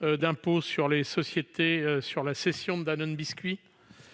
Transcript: d'impôt sur les sociétés sur la cession de son pôle biscuits.